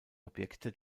objekte